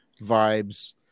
vibes